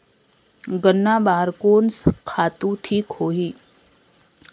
गन्ना बार कोन सा खातु ठीक होही?